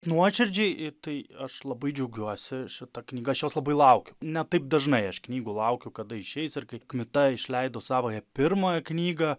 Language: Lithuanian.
nuoširdžiai į tai aš labai džiaugiuosi šita knyga šios labai laukiu ne taip dažnai aš knygų laukiu kada išeis ir kaip kmita išleido savąją pirmąją knygą